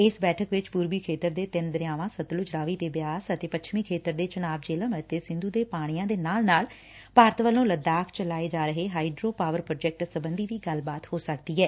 ਇਸ ਬੈਠਕ ਵਿਚ ਪੁਰਬੀ ਖੇਤਰ ਦੇ ਤਿੰਨ ਦਰਿਆਵਾਂ ਸਤਲੁਜ ਰਾਵੀ ਤੇ ਬਿਆਸ ਅਤੇ ਪੱਛਮੀ ਖੇਤਰ ਦੇ ਚਨਾਬ ਜੇਹਲਮ ਅਤੇ ਸਿੰਧੁ ਦੇ ਪਾਣੀਆਂ ਦੇ ਨਾਲ ਨਾਲ ਭਾਰਤ ਵੱਲੋਂ ਲਦਾਖ਼ ਚ ਲਾਏ ਜਾ ਰਹੇ ਰਾਈਡੋ ਪਾਵਰ ਪੋਜੈਕਟ ਸਖੰਧੀ ਵੀ ਗੱਲਬਾਤ ਹੋ ਸਕਦੀ ਐ